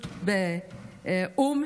באו"ם.